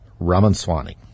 Ramanswani